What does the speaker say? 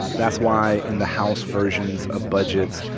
that's why, in the house versions of budgets,